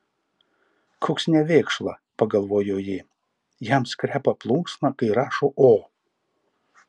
koks nevėkšla pagalvojo ji jam skreba plunksna kai rašo o